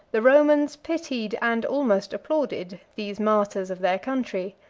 the romans pitied, and almost applauded, these martyrs of their country.